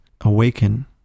awaken